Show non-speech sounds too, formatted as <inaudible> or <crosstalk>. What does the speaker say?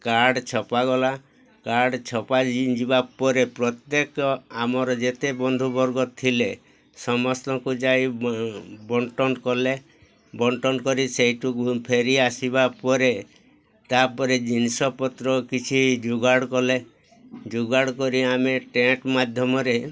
card ଛପା ଗଲା card ଛପା ଯିବା ପରେ ପ୍ରତ୍ୟେକ ଆମର ଯେତେ ବନ୍ଧୁବର୍ଗ ଥିଲେ ସମସ୍ତଙ୍କୁ ଯାଇ ବଣ୍ଟନ କଲେ ବଣ୍ଟନ କରି ସେଇଠୁ ଫେରି ଆସିବା ପରେ ତା'ପରେ ଜିନିଷପତ୍ର କିଛି ଯୋଗାଡ଼ କଲେ ଯୋଗାଡ଼ କରି ଆମେ <unintelligible> ମାଧ୍ୟମରେ